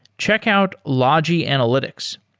check out logi analytics.